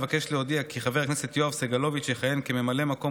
אבקש להודיע כי חבר הכנסת יואב סגלוביץ' יכהן כממלא מקום